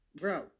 Bro